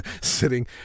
sitting